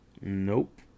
Nope